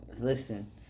listen